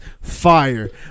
fire